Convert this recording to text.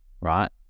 Right